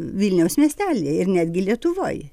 vilniaus miestely ir netgi lietuvoj